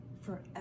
forever